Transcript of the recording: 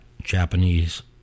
Japanese